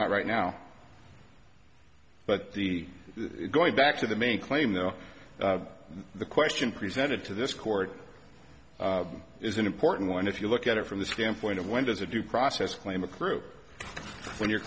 that right now but the going back to the main claim though the question presented to this court is an important one if you look at it from the standpoint of when does a due process claim accrue when you're